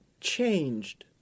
changed